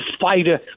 fighter